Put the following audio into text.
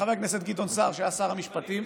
חבר הכנסת גדעון סער, שהיה שר המשפטים,